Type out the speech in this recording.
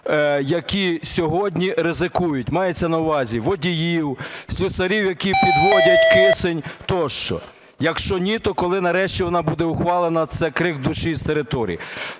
які сьогодні ризикують, мається на увазі водіїв, слюсарів, які підводять кисень, тощо. Якщо ні, то коли нарешті вона буде ухвалена? Це крик душі з територій.